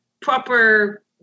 proper